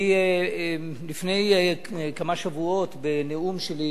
לפני כמה שבועות בנאום שלי,